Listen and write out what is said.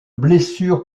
blessure